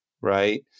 Right